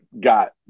got